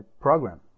program